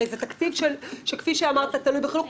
הרי זה תקציב, כפי שאמרת, שתלוי בחינוך.